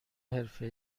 حرفه